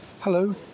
Hello